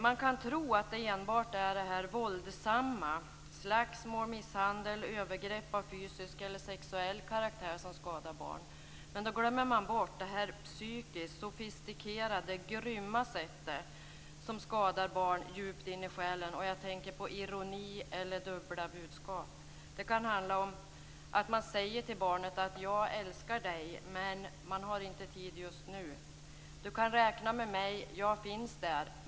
Man kan tro att det enbart är det våldsamma - slagsmål, misshandel, övergrepp av fysisk eller sexuell karaktär - som skadar barn, men då glömmer man bort det psykiskt sofistikerade grymma sättet att skada barn djupt in i själen. Jag tänker på ironi eller dubbla budskap. Det kan handla om att man säger till barnet: "Jag älskar dig, men jag har inte tid just nu". Man säger: "Du kan räkna med mig. Jag finns där.